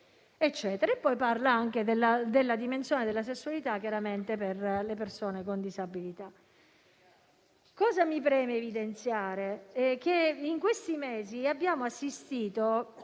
si parlava anche della dimensione della sessualità per le persone con disabilità. Cosa mi preme evidenziare? In questi mesi abbiamo assistito